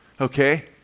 Okay